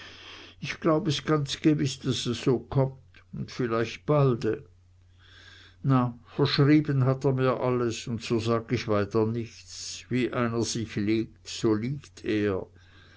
ich glaub es ganz gewiß daß es so kommt und vielleicht balde na verschrieben hat er mir alles un so sag ich weiter nichts wie einer sich legt so liegt er